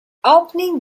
opening